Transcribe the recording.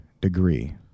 degree